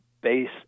base